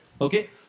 Okay